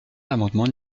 l’amendement